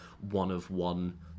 one-of-one